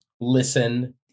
listen